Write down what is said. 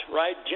right